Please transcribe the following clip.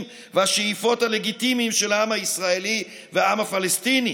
והשאיפות הלגיטימיים של העם הישראלי והעם הפלסטיני,